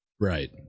Right